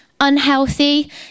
unhealthy